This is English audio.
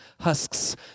husks